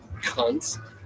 cunts